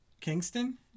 Kingston